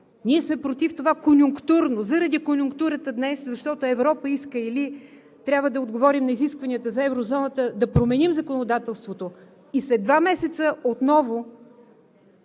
Ние сме против заради конюнктурата днес – защото Европа иска или трябва да отговорим на изискванията за еврозоната, да променим законодателството и след два месеца отново